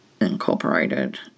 incorporated